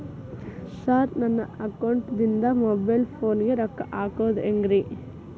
Sir ನನ್ನ ಅಕೌಂಟದಿಂದ mobile ಫೋನಿಗೆ ರೊಕ್ಕ ಹಾಕೋದು ಹೆಂಗ್ರಿ?